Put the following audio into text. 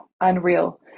unreal